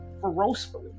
ferociously